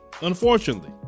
unfortunately